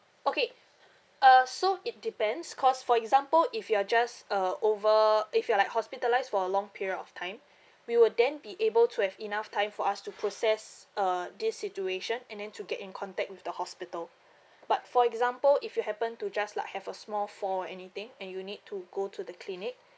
okay uh so it depends because for example if you are just uh over if you are like hospitalised for a long period of time we will then be able to have enough time for us to process uh this situation and then to get in contact with the hospital but for example if you happen to just like have a small fall or anything and you need to go to the clinic